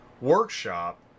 workshop